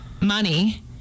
money